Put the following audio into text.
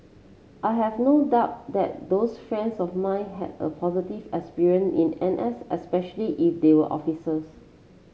I have no doubt that those friends of mine had a positive experience in N S especially if they were officers